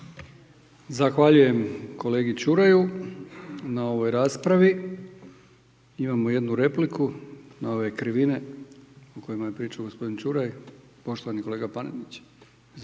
Zahvaljujem kolegi Čuraju na ovoj raspravi. Imamo jednu repliku na ove krivine o kojima je pričao gospodin Čuraj. Poštovani kolega Paneninć.